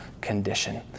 condition